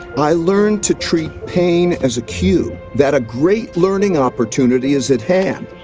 i learned to treat pain as a cue that a great learning opportunity is at hand,